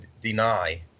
deny